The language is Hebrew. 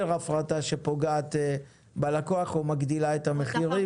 הפרטה שפוגעת בלקוח או מאמירה את המחירים.